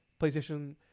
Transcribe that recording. PlayStation